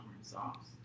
socks